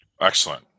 Excellent